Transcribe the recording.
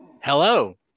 hello